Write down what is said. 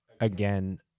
again